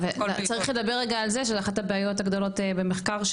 צריך לדבר על אחת הבעיות הגדולות במחקר,